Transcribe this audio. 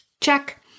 Check